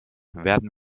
werden